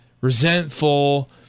resentful